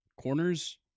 corners